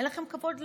אין לכם כבוד אליהם,